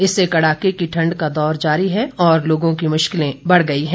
इससे कड़ाके की ठंड का दौर जारी है और लोगों की मुश्किलें बढ़ गई हैं